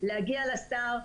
להגיע לשר,